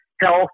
health